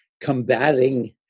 combating